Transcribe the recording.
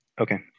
Okay